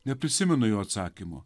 neprisimenu jo atsakymo